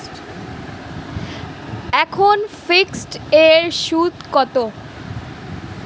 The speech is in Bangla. এখন ফিকসড এর সুদ কত?